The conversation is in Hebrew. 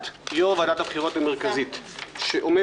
עמדת יושב-ראש ועדת הבחירות המרכזית שאומר